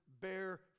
bear